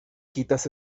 quitas